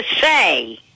say